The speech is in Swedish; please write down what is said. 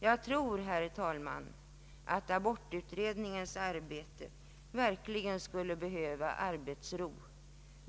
Jag tror, herr talman, att abortutredningen verkligen skulle behöva arbetsro.